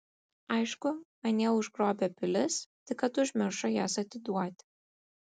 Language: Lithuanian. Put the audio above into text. aišku anie užgrobę pilis tik kad užmiršo jas atiduoti